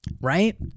Right